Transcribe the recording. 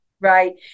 right